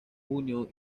junio